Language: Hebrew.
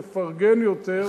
לפרגן יותר,